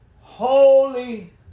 Holy